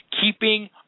Keeping